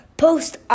post